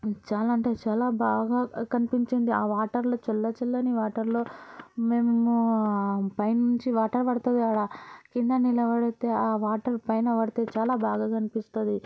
చాలా అంటే చాలా బాగా కనిపించింది ఆ వాటర్లో చల్ల చల్లని వాటర్లో మేము పైనుంచి వాటర్ పడతుంది అక్కడ కింద నిలబడితే ఆ వాటర్ పైన పడితే చాలా బాగా కనిపిస్తుంది